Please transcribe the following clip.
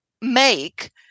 make